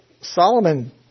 Solomon